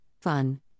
fun